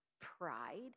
pride